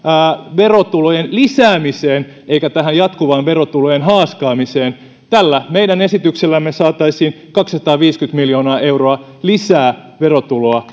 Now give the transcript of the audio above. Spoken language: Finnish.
verotulojen lisäämiseen eikä tähän jatkuvaan verotulojen haaskaamiseen tällä meidän esityksellämme saataisiin kaksisataaviisikymmentä miljoonaa euroa lisää verotuloa